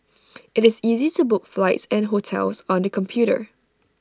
IT is easy to book flights and hotels on the computer